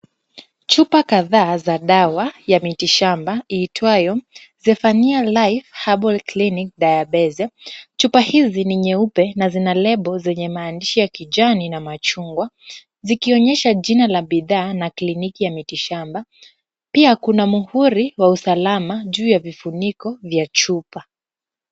Chupa kadhaa za dawa ya miti shamba iitwayo Zephania Life Herbal Clinic Diabetes. Chupa hizi ni nyeupe na zina lebo zenye maandishi ya kijani na machungwa. Zikionyesha jina la bidhaa na kliniki ya miti shamba. Pia kuna muhuri wa usalama juu ya vifuniko vya chupa.